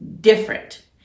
different